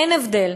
אין הבדל.